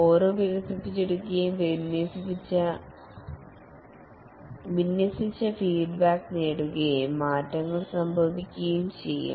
ഓരോ വികസിപ്പിച്ചെടുക്കുകയും വിന്യസിച്ച ഫീഡ്ബാക്ക് നേടുകയും മാറ്റങ്ങൾ സംഭവിക്കുകയും ചെയ്യും